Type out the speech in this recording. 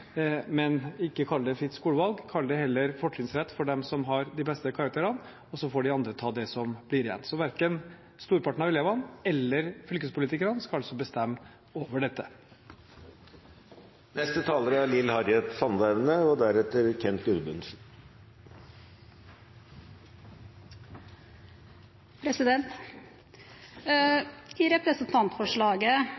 men ikke kall det fritt skolevalg. Kall det heller fortrinnsrett for dem som har de beste karakterene, og så får de andre ta det som blir igjen. Så verken storparten av elevene eller fylkespolitikerne skal altså bestemme over dette. I representantforslaget og